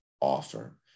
offer